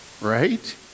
right